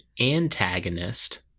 antagonist